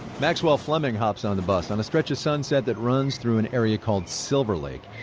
maxwell fleming hops on the bus on a stretch of sunset that runs through an area called silver lake.